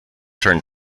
turn